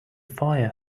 fire